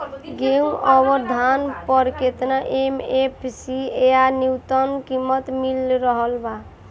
गेहूं अउर धान पर केतना एम.एफ.सी या न्यूनतम कीमत मिल रहल बा?